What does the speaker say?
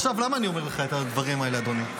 עכשיו, למה אני אומר לך את הדברים האלה, אדוני?